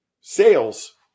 sales